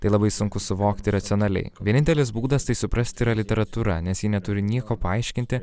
tai labai sunku suvokti racionaliai vienintelis būdas tai suprasti yra literatūra nes ji neturi nieko paaiškinti